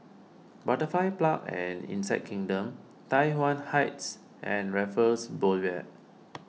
Butterfly Park and Insect Kingdom Tai Yuan Heights and Raffles Boulevard